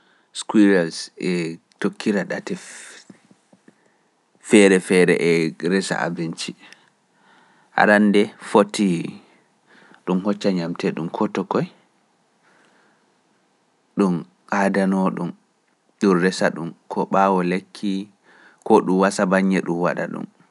Skuyrels e tokkira ɗate feere feere e resa abinci. arande foti ɗum hocca ñamteɗum ko tokoy ɗum aadano ɗum dum resa ɗum ko ɓaawo lekki ko ɗum wasa baññe ɗum waɗa ɗum.